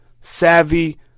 savvy